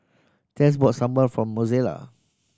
Tess bought sambal for Mozella